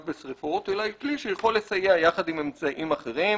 בשריפות אלא הכלי שיכול לסייע יחד עם אמצעים אחרים.